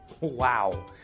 Wow